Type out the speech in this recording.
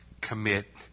commit